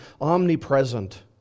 omnipresent